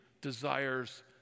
desires